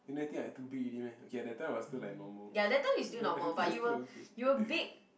you know I think I too big already meh okay that time I was still like normal that's still okay